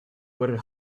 were